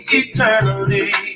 eternally